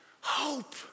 hope